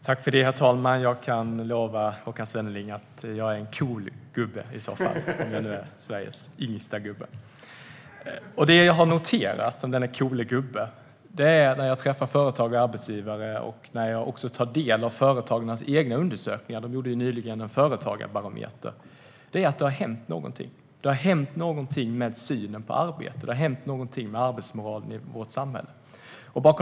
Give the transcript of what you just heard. Herr talman! Jag kan lova Håkan Svenneling att jag är en cool gubbe, om jag nu är Sveriges yngsta gubbe. Det jag som denne coole gubbe har noterat när jag träffar företagare och arbetsgivare och när jag också tar del av företagarnas egna undersökningar - de gjorde nyligen en företagarbarometer - är att det har hänt någonting. Det har hänt någonting med synen på arbete. Det har hänt någonting med arbetsmoralen i vårt samhälle.